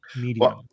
medium